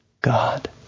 God